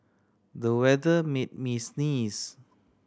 the weather made me sneeze